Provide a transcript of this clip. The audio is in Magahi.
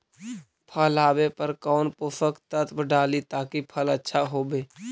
फल आबे पर कौन पोषक तत्ब डाली ताकि फल आछा होबे?